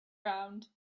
round